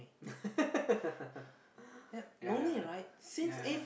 yeah lah yeah